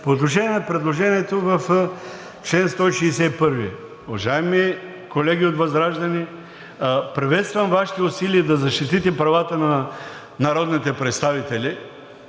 отношение на предложението в чл. 161. Уважаеми колеги от ВЪЗРАЖДАНЕ, приветствам Вашите усилия да защитите правата на народните представители,